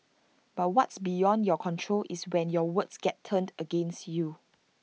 but what's beyond your control is when your words get turned against you